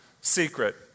secret